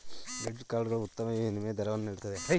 Credit card ಗಳು ಉತ್ತಮ ವಿನಿಮಯ ದರಗಳನ್ನು ನೀಡುತ್ತವೆಯೇ?